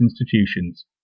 institutions